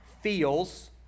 feels